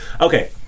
Okay